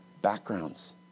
backgrounds